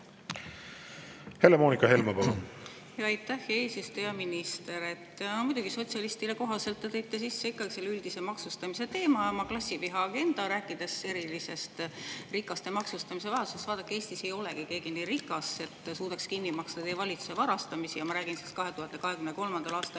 Helle-Moonika Helme, palun! Aitäh, hea eesistuja! Hea minister! Muidugi, sotsialistile kohaselt te tõite sisse ikkagi selle üldise maksustamise teema ja oma klassivihaagenda, rääkides erilisest rikaste maksustamise vajadusest. Vaadake, Eestis ei olegi keegi nii rikas, et suudaks kinni maksta teie valitsuse varastamisi. Ma räägin 2023. aastal